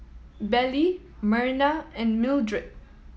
Belle Myrna and Mildred